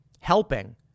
helping